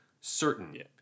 certain